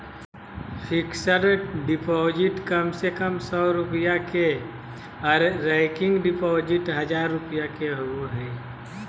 fixed deposit कम से कम सौ रुपया के आर रेकरिंग डिपॉजिट हजार रुपया के होबय हय